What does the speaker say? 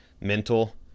mental